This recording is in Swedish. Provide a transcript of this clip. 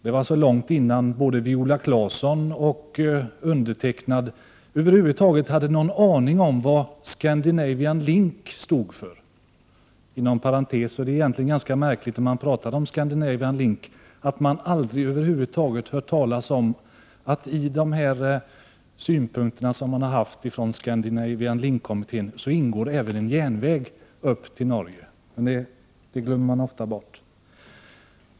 Det var långt innan både Viola Claesson och jag över huvud taget hade någon aning om vad Scandinavian Link stod för. Inom parentes sagt är det ganska märkligt att man i diskussionen om Scandinavian Link aldrig hört talas om att det i Scandinavian Link-kommitténs synpunker även ingår en järnväg upp till Norge. Det glömmer man ofta bort.